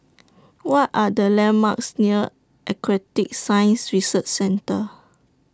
What Are The landmarks near Aquatic Science Research Centre